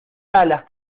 alas